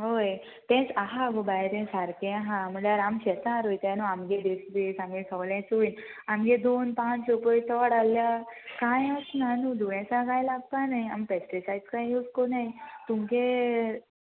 होय तेंच आहा गो भायर सारकें आहा म्हळ्यार आमी शेतां रोयताय न्हू आमगे देसपेस आमगे सोगलें चूयन आमगे दोन पांच रुपया चोड आहल्यार कांय आसना न्हू दुयेंसां कांय लागपा न्हय आमी पेस्टिसायड्स कांय यूज कोन्नाय तुमगे